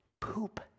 poop